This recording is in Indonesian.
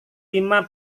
lima